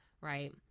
right